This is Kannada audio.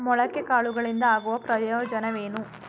ಮೊಳಕೆ ಕಾಳುಗಳಿಂದ ಆಗುವ ಪ್ರಯೋಜನವೇನು?